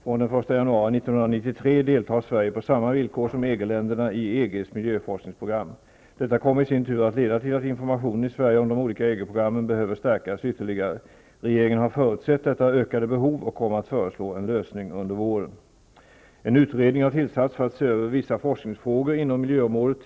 Från den 1 januari 1993 deltar Sverige på samma villkor som Detta kommer i sin tur att leda till att informationen i Sverige om de olika EG programmen behöver stärkas ytterligare. Regeringen har förutsett detta ökade behov och kommer att föreslå en lösning under våren. En utredning har tillsatts för att se över vissa forskningsfrågor inom miljöområdet.